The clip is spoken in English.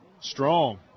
Strong